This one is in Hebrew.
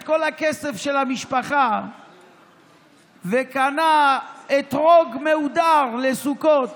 כל הכסף של המשפחה וקנה אתרוג מהודר לסוכות,